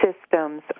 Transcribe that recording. systems